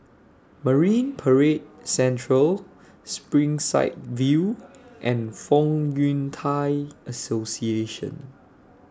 Marine Parade Central Springside View and Fong Yun Thai Association